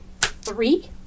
three